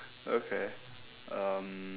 okay um